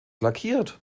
lackiert